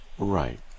Right